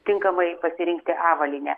tinkamai pasirinkti avalynę